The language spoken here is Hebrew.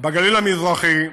בגליל המזרחי,